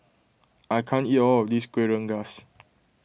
I can't eat all of this Kuih Rengas